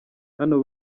hano